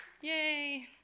Yay